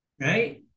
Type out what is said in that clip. right